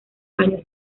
años